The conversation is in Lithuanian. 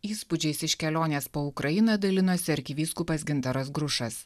įspūdžiais iš kelionės po ukrainą dalinosi arkivyskupas gintaras grušas